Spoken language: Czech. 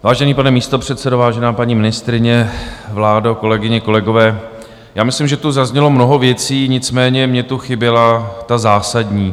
Vážený pane místopředsedo, vážená paní ministryně, vládo, kolegyně, kolegové, já myslím, že tu zaznělo mnoho věcí, nicméně mně tu chyběla ta zásadní.